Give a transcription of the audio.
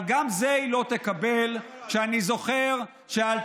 אבל גם את זה היא לא תקבל כשאני זוכר שהאלטרנטיבה